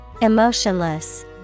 Emotionless